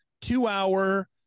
two-hour